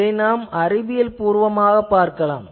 இதை நாம் அறிவியல்பூர்வமாகப் பார்க்கலாம்